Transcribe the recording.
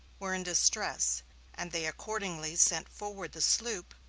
were in distress and they accordingly sent forward the sloop,